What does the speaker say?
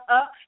up